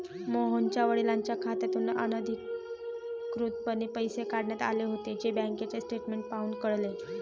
मोहनच्या वडिलांच्या खात्यातून अनधिकृतपणे पैसे काढण्यात आले होते, जे बँकेचे स्टेटमेंट पाहून कळले